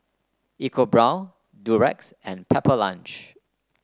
EcoBrown Durex and Pepper Lunch